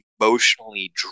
emotionally